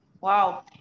wow